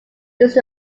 used